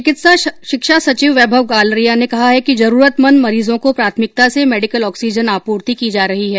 चिकित्सा शिक्षा सचिव वैभव गालरिया ने कहा है कि जरूरतमंद मरीजों को प्राथमिकता से मेडिकल ऑक्सीजन आपूर्ति की जा रही है